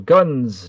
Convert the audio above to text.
Guns